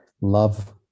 Love